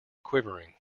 quivering